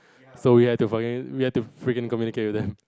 so ya we have to fucking we have to freaking communicate with them